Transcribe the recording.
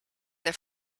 the